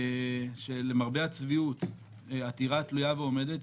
שלמרבה הצביעות עתירה תלויה ועומדת,